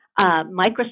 Microsoft